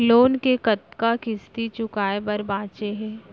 Loan के कतना किस्ती चुकाए बर बांचे हे?